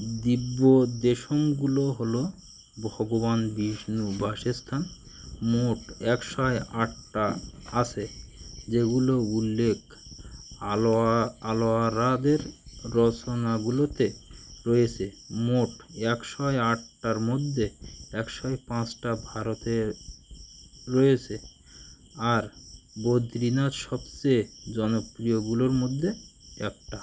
দিব্য দেশমগুলো হলো ভগবান বিষ্ণুর বাসস্থান মোট একশো আটটা আছে যেগুলোর উল্লেখ আলোয়া আলোয়ারাদের রচনাগুলোতে রয়েছে মোট একশো আটটার মধ্যে একশো পাঁচটা ভারতে রয়েছে আর বদ্রীনাথ সবচেয়ে জনপ্রিয়গুলোর মধ্যে একটা